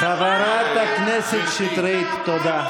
חברת הכנסת שטרית, תודה.